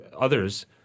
others